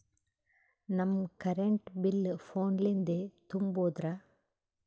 ನಮ್ current bill ಫೋನ ಲಿಂದೇ ತುಂಬೌದ್ರಾ?